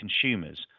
consumers